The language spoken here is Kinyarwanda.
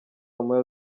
moya